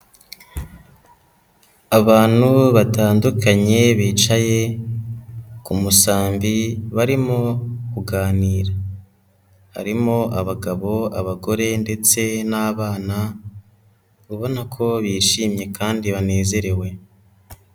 Abantu batandukanye bicaye ku musambi, barimo kuganira. Harimo abagabo, abagore ndetse n'abana, ubona ko bishimye kandi banezerewe.